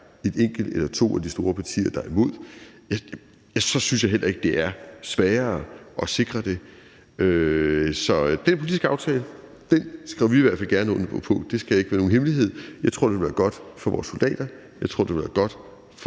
et enkelt eller to af de store partier, der er imod; så synes jeg heller ikke, det er sværere at sikre det. Den politiske aftale skriver vi i hvert fald gerne under på, det skal ikke være nogen hemmelighed. Jeg tror, det vil være godt for vores soldater. Jeg tror, det vil være godt for